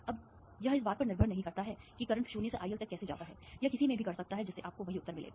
अब यह इस बात पर निर्भर नहीं करता है कि करंट 0 से IL तक कैसे जाता है यह किसी में भी कर सकता है जिससे आपको वही उत्तर मिलेगा